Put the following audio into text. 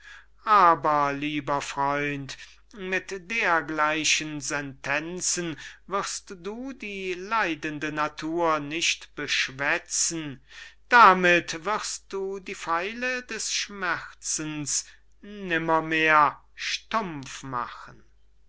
aber lieber freund mit dergleichen sentenzen wirst du die leidende natur nicht beschwätzen damit wirst du die pfeile des schmerzens nimmermehr stumpf machen